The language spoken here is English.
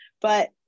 but-